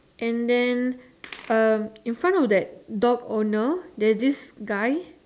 and then um you find out that dog owner there's this guy